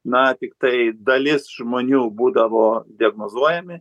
na tiktai dalis žmonių būdavo diagnozuojami